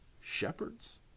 Shepherds